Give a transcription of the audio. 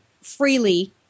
freely